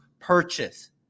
purchase